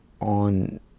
on